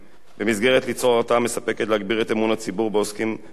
במטרה ליצור הרתעה מספקת ולהגביר את אמון הציבור בעוסקים בתחום.